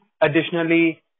additionally